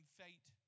fate